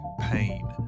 pain